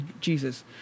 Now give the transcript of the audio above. Jesus